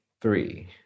three